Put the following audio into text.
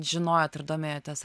žinojot ir domėjotės